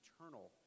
eternal